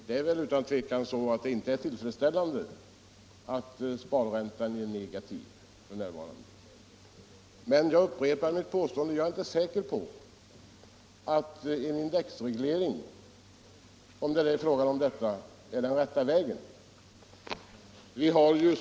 Det är utan tvivel så att det inte är tillfredsställande att sparräntan är negativ f.n. Men jag upprepar att jag inte är säker på att en indexreglering —- om det nu är fråga om detta — är den rätta vägen att gå.